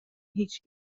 هیچ